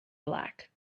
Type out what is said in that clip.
black